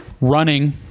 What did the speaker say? running